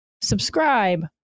subscribe